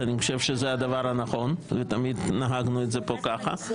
אני חושב שזה הדבר הנכון, ותמיד נהגנו פה ככה.